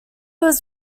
was